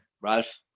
Ralph